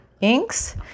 inks